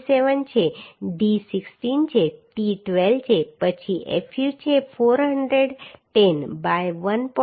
57 છે d 16 છે t 12 છે પછી fu છે 410 બાય 1